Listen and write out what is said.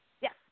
Yes